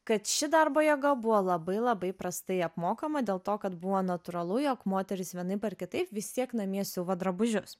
kad ši darbo jėga buvo labai labai prastai apmokama dėl to kad buvo natūralu jog moterys vienaip ar kitaip vis tiek namie siuva drabužius